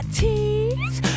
tease